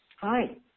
Hi